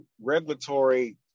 regulatory